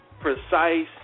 Precise